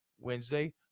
Wednesday